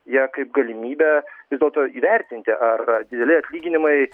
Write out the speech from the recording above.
ja kaip galimybe vis dėlto įvertinti ar dideli atlyginimai